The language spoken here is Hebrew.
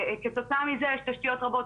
כתוצאה מכך ישנן תשתיות רבות.